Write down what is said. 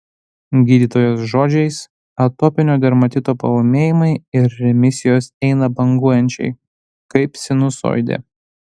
gydytojos žodžiais atopinio dermatito paūmėjimai ir remisijos eina banguojančiai kaip sinusoidė